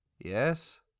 Yes